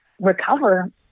recover